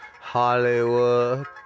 Hollywood